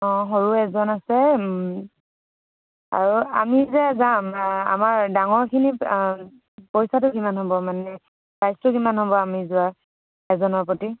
অঁ সৰু এজন আছে আৰু আমি যে যাম আমাৰ ডাঙৰখিনি পইচাটো কিমান হ'ব মানে প্ৰাইচটো কিমান হ'ব আমি যোৱা এজনৰ প্ৰতি